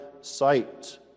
sight